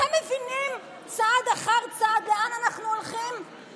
אתם מבינים לאן אנחנו הולכים צעד אחר צעד?